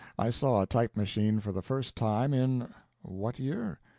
i saw a type-machine for the first time in what year?